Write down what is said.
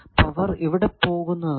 power ഇവിടെ പോകുന്നതാണ്